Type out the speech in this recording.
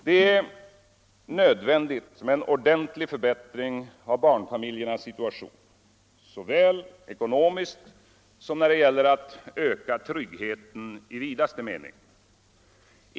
Det är nödvändigt med en ordentlig förbättring av barnfamiljernas situation såväl ekonomiskt som när det gäller att öka tryggheten i vidaste mening.